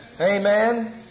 Amen